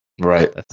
Right